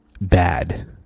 bad